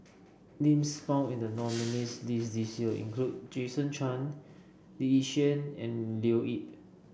names found in the nominees' list this year include Jason Chan Lee Yi Shyan and Leo Yip